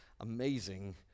amazing